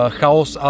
chaos